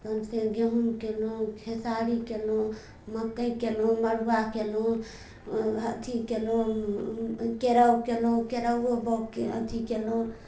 तहनसँ गहुँम कयलहुँ खेसारी कयलहुँ मक्कइ कयलहुँ मड़ुआ कयलहुँ अथि कयलहुँ केराउ कयलहुँ केराउओ बाउग अथि कयलहुँ